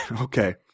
Okay